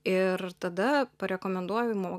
ir tada parekomenduoju mo